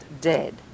dead